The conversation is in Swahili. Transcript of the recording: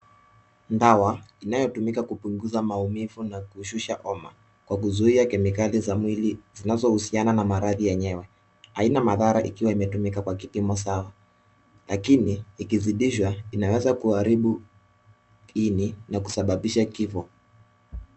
Dawa inayotumika kupunguza maumivu na kushusha homa kwa kuzuia kemikali za mwili zinazohusiana na maradhi yenyewe. Haina mathara ikiwa imetumika kwa kipimo sawa, lakini ikizidishwa inaweza kuharibu ini na kusababisha kifo.